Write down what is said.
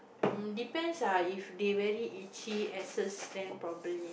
um depends lah if they very itchy ask them stand properly